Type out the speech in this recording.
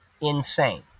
insane